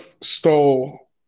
stole